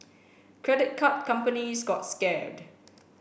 credit card companies got scared